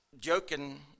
joking